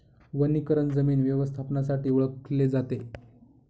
वनीकरण जमीन व्यवस्थापनासाठी ओळखले जाते